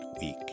week